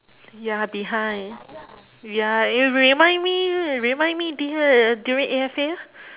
ya behind ya eh you remind me remind me dur~ during A_F_A lor